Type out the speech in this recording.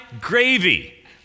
gravy